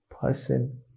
person